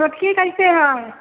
छोटकी कैसे हुए